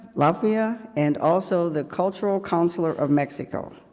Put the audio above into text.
lafia, and also the cultural counselor of mexico.